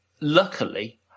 luckily